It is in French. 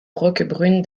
roquebrune